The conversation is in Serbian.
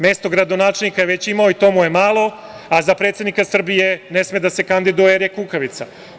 Mesto gradonačelnika je već imao i to mu je malo, a za predsednika Srbije ne sme da se kandiduje jer je kukavica.